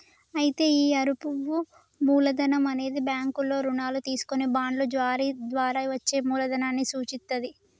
అయితే ఈ అరువు మూలధనం అనేది బ్యాంకుల్లో రుణాలు తీసుకొని బాండ్లు జారీ ద్వారా వచ్చే మూలదనాన్ని సూచిత్తది